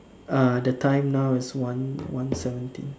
uh the time now is one one seventeen